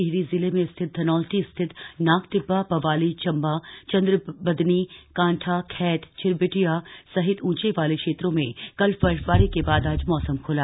टिहरी जिले स्थित धनौल्टी सहित नाग टिब्बा पवाली चम्बा चंद्रबदनी कांठा खैट चिरबटिया सहित ऊंचाई वाले क्षेत्रों में कल बर्फबारी के बाद आज मौसम खुला